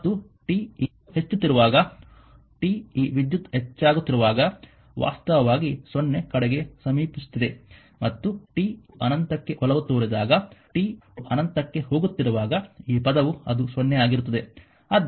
ಮತ್ತು t ಹೆಚ್ಚುತ್ತಿರುವಾಗ t ಈ ವಿದ್ಯುತ್ ಹೆಚ್ಚಾಗುತ್ತಿರುವಾಗ ವಾಸ್ತವವಾಗಿ 0 ಕಡೆಗೆ ಸಮೀಪಿಸುತ್ತಿದೆ ಮತ್ತು t ಅನಂತಕ್ಕೆ ಒಲವು ತೋರಿದಾಗ t ಅನಂತಕ್ಕೆ ಹೋಗುತ್ತಿರುವಾಗ ಈ ಪದವು ಅದು 0 ಆಗಿರುತ್ತದೆ